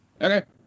Okay